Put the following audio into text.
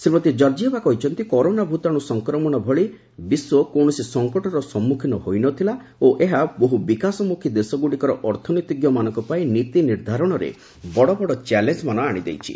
Shrimati Georgieva କହିଛନ୍ତି corona ଭୂତାଣୁ ସଂକ୍ରମଣ ଭଳି ବିଶ୍ୱ କୌଣସି ସଙ୍କଟର ସମ୍ମୁଖୀନ ହୋଇ ନ ଥିଲା ଓ ଏହା ବହୁ ବିକାଶମୁଖୀ ଦେଶଗୁଡ଼ିକର ଅର୍ଥନୀତିଜ୍ଞମାନଙ୍କ ପାଇଁ ନୀତି ନିର୍ଦ୍ଧାରଣରେ ବଡ଼ ବଡ଼ ଚ୍ୟାଲେଞ୍ଜ୍ମାନ ଆଶିଦେଇଛି